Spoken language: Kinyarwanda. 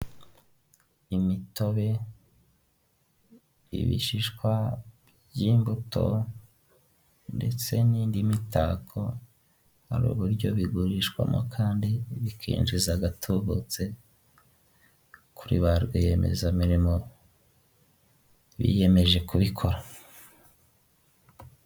Umugabo wambaye ingofero y'ubururu amadarubindi, uri guseka wambaye umupira wumweru ndetse ufite mudasobwa mu ntoki ze. Ari ku gapapuro k'ubururu kandidikishijweho amagambo yumweru ndetse n'ayumuhondo yanditswe mu kirimi cyamahanga cyicyongereza.